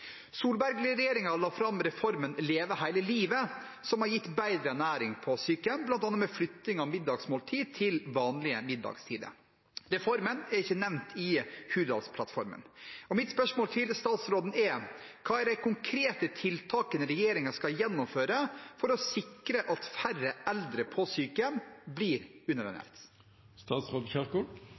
la frem reformen «Leve hele livet» som har gitt bedre ernæring på sykehjem, blant annet med flytting av middagsmåltidet til vanlige middagstider. Reformen er ikke nevnt i Hurdalsplattformen. Hva er de konkrete tiltakene regjeringen skal gjennomføre for å sikre at færre eldre på sykehjem blir